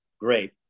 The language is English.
great